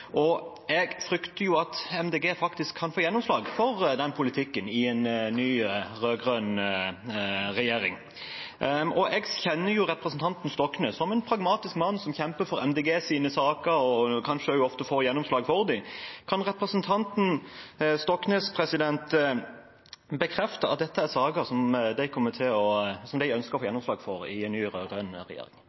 ønsker. Jeg frykter at Miljøpartiet De Grønne faktisk kan få gjennomslag for den politikken i en ny rød-grønn regjering. Jeg kjenner representanten Stoknes som en pragmatisk mann som kjemper for Miljøpartiet De Grønnes saker og kanskje ofte også får gjennomslag for dem. Kan representanten Stoknes bekrefte at dette er saker som de ønsker å få gjennomslag for i en ny rød-grønn regjering?